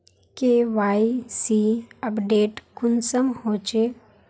KYC update कुंसम होचे?